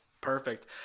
Perfect